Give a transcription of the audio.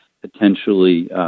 potentially